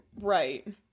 Right